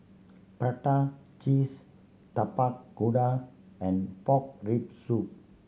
prata cheese Tapak Kuda and pork rib soup